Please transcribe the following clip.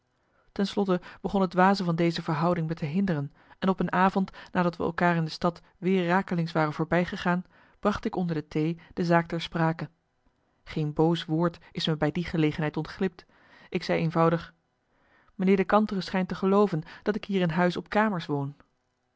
slotte begon het dwaze van deze verhouding me te hinderen en op een avond nadat we elkaar in de stad weer rakelings waren voorbij gegaan bracht ik onder de thee de zaak ter sprake geen boos woord is me bij die gelegenheid ontglipt ik zei eenvoudig marcellus emants een nagelaten bekentenis meneer de kantere schijnt te gelooven dat ik hier in huis op kamers woon